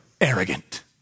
arrogant